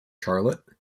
charlotte